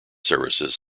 services